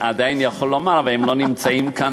עדיין יכול לומר, אבל הם לא נמצאים כאן,